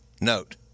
note